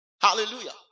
Hallelujah